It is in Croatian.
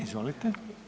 Izvolite.